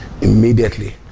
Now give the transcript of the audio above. Immediately